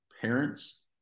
parents